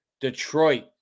Detroit